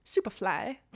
Superfly